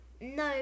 No